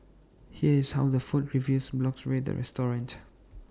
here is how the food review blogs rate the restaurant